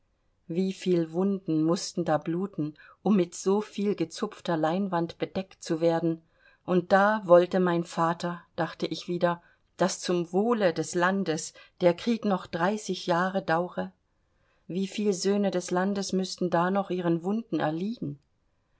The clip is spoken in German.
viel wunden mußten da bluten um mit so viel gezupfter leinwand bedeckt zu werden und da wollte mein vater dachte ich wieder daß zum wohle des landes der krieg noch dreißig jahre dauere wie viel söhne des landes müßten da noch ihren wunden erliegen